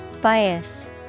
Bias